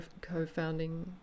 co-founding